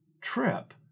trip